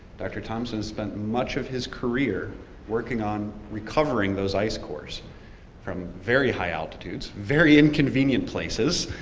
dr. thompson spent much of his career working on recovering those ice cores from very high altitudes, very inconvenient places.